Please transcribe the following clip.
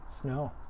snow